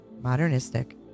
modernistic